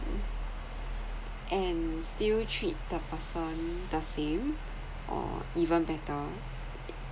and still treat the person the same or even better